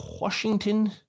Washington